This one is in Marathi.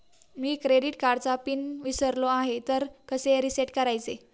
मी क्रेडिट कार्डचा पिन विसरलो आहे तर कसे रीसेट करायचे?